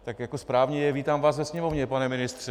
Tak jako správně, vítám vás ve Sněmovně, pane ministře.